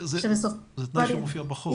זה תנאי שמופיע בחוק.